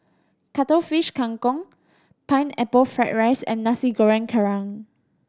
Cuttlefish Kang Kong Pineapple Fried rice and Nasi Goreng Kerang